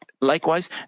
likewise